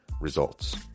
results